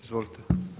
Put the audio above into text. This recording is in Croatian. Izvolite.